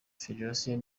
federasiyo